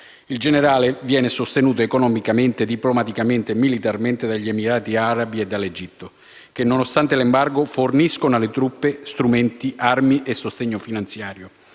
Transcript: Il generale viene sostenuto economicamente, diplomaticamente e militarmente dagli Emirati Arabi Uniti e dall'Egitto, i quali, nonostante l'embargo, forniscono alle truppe strumenti, armi e sostegno finanziario.